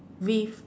with